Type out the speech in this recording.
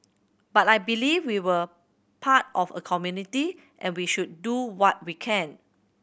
but I believe we are part of a community and we should do what we can